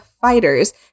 fighters